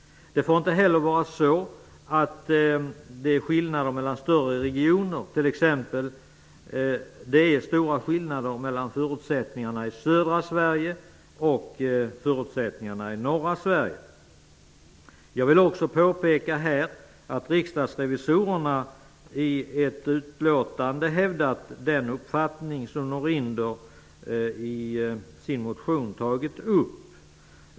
Det får heller inte vara så att det är stora skillnader t.ex. mellan förutsättningarna i södra Sverige och förutsättningarna i norra Sverige. Jag vill också påpeka här att Riksdagens revisorer i ett utlåtande hävdat den uppfattning som Patrik Norinder ger uttryck för i sin motion.